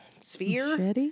sphere